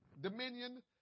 dominion